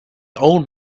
old